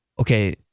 Okay